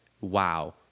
wow